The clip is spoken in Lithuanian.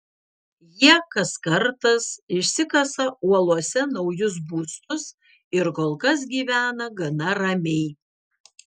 jie kas kartas išsikasa uolose naujus būstus ir kol kas gyvena gana ramiai